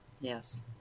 Yes